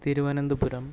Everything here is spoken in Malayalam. തിരുവനന്തപുരം